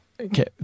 okay